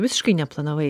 visiškai neplanavai